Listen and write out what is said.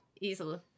Easily